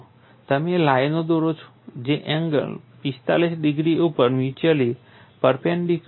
તમે લાઈનો દોરો છો જે એંગલ 45 ડિગ્રી ઉપર મ્યુચ્યુઅલી પર્પેન્ડિક્યુલર હોય